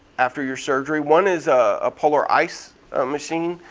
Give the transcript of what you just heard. after your surgery. one is a polar ice machine.